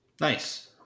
Nice